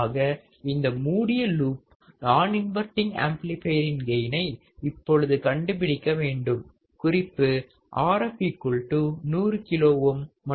ஆக இந்த மூடிய லூப் நான் இன்வர்டிங் ஆம்ப்ளிபையரின் கெயினை இப்பொழுது கண்டுபிடிக்க வேண்டும் குறிப்பு Rf 100 கிலோ ஓம் மற்றும் Rin 10 கிலோ ஓம் ஆகும்